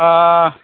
ꯑꯥ